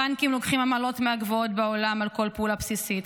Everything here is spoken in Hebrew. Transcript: הבנקים לוקחים עמלות מהגבוהות בעולם על כל פעולה בסיסית,